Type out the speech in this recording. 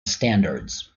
standards